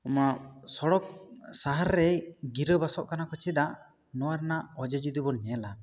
ᱥᱚᱲᱚᱠ ᱥᱟᱦᱟᱨ ᱨᱮ ᱜᱤᱨᱟᱹᱵᱟᱥᱚᱜ ᱠᱟᱱᱟ ᱠᱚ ᱪᱮᱫᱟᱜ ᱱᱚᱣᱟ ᱨᱮᱱᱟᱜ ᱚᱡᱮ ᱡᱩᱫᱤ ᱵᱚᱱ ᱧᱮᱞᱟ